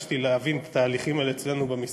אי-אפשר שלא להתייחס לשני נושאים רלוונטיים: הראשון,